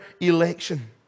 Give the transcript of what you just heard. election